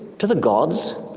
to the gods?